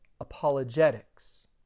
apologetics